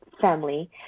family